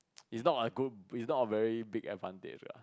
it's not a good it's not a very big advantage lah